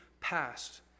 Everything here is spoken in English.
past